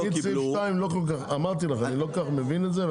סעיף 2 אני לא כל כך מבין את זה,